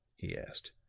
he asked.